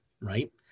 right